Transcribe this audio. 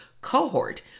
cohort